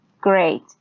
great